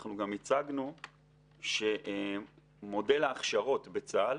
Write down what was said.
אנחנו גם הצגנו שמודל ההכשרות בצה"ל